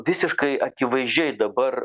visiškai akivaizdžiai dabar